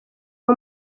uwo